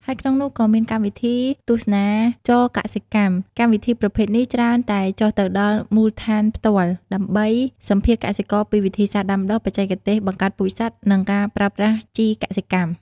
ហើយក្នុងនោះក៏មានកម្មវិធីទស្សនាចរណ៍កសិកម្ម កម្មវិធីប្រភេទនេះច្រើនតែចុះទៅដល់មូលដ្ឋានផ្ទាល់ ដើម្បីសម្ភាសន៍កសិករពីវិធីសាស្ត្រដាំដុះ បច្ចេកទេសបង្កាត់ពូជសត្វ និងការប្រើប្រាស់ជីកសិកម្ម។